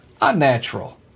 unnatural